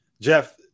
jeff